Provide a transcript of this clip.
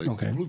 יכול להיות